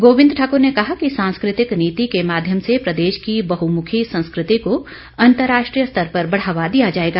गोविंद ठाक्र ने कहा कि सांस्कृतिक नीति के माध्यम से प्रदेश की बहुमुखी संस्कृति को अंतर्राष्ट्रीय स्तर पर बढ़ावा दिया जाएगा